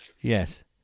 Yes